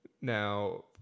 Now